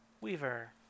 Weaver